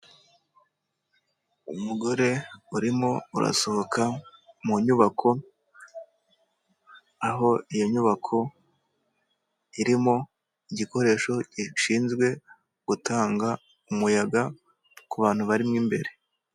Umugore urimo urasohoka mu nyubako, aho iyo nyubako irimo igikoresho gishinzwe gutanga umuyaga ku bantu barimo imbere.